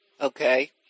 Okay